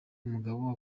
umugabo